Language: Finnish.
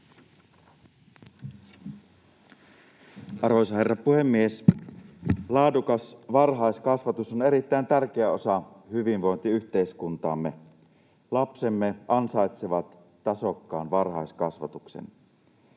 Arvoisa herra puhemies! Laadukas varhaiskasvatus on erittäin tärkeä osa hyvinvointiyhteiskuntaamme. Lapsemme ansaitsevat tasokkaan varhaiskasvatuksen.